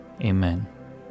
amen